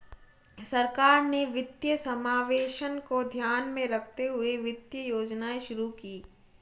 सरकार ने वित्तीय समावेशन को ध्यान में रखते हुए वित्तीय योजनाएं शुरू कीं